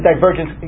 divergence